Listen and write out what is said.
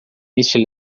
neste